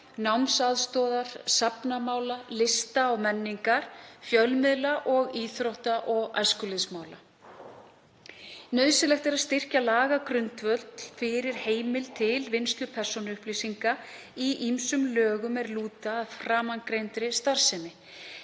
námsaðstoðar, safnamála, lista og menningar, fjölmiðla og íþrótta- og æskulýðsmála. Nauðsynlegt er að styrkja lagagrundvöll fyrir heimild til vinnslu persónuupplýsinga í ýmsum lögum er lúta að framangreindri starfsemi.